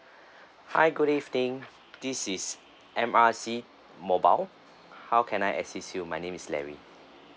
hi good evening this is M_R_C mobile how can I assist you my name is larry